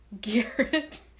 Garrett